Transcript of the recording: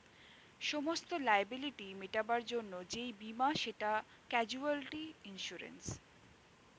সমস্ত লায়াবিলিটি মেটাবার জন্যে যেই বীমা সেটা ক্যাজুয়ালটি ইন্সুরেন্স